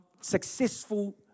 successful